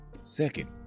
second